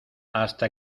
hasta